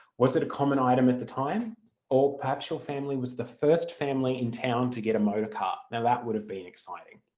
was it a common item at the time or perhaps your family was the first family in town to get a motor car. now that would have been exciting.